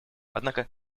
однако